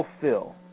fulfill